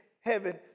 heaven